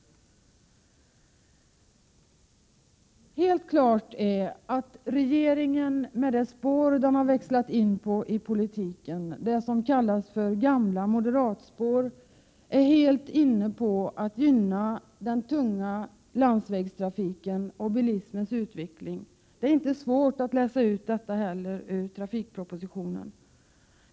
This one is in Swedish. Helt klart är att regeringen med det spår den har växlat in på i politiken, det som kallas det gamla moderatspåret, är helt inne på att gynna den tunga landsvägstrafiken och bilismens utveckling. Det är inte svårt att läsa ut detta ur trafikpropositionen.